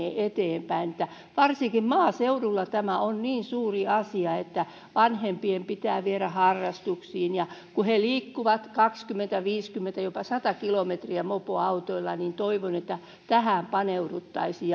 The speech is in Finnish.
eteenpäin varsinkin maaseudulla tämä on niin suuri asia muuten vanhempien pitää viedä harrastuksiin ja kun nuoret liikkuvat kaksikymmentä viisikymmentä jopa sata kilometriä mopoautoilla niin toivon että tähän paneuduttaisiin